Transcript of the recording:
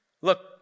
look